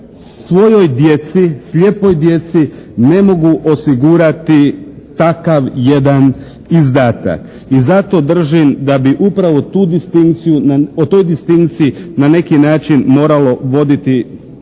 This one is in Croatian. svojoj djeci, slijepoj djeci ne mogu osigurati takav jedan izdatak i zato držim da bi upravo o toj distinkciji na neki način moralo voditi znači